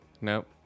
Nope